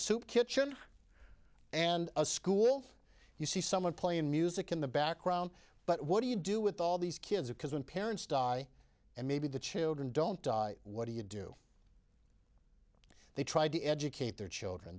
soup kitchen and a school you see someone playing music in the background but what do you do with all these kids because when parents die and maybe the children don't die what do you do they try to educate their children